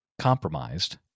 compromised